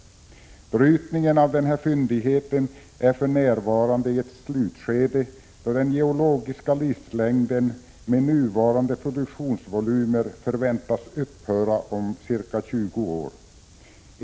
Brytningen av fyndigheten befinner sig för närvarande i ett slutskede, eftersom den geologiska livslängden med nuvarande produktionsvolymer förväntas upphöra om ca 20 år.